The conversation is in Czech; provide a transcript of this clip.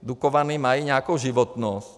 Dukovany mají nějakou životnost.